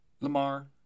Lamar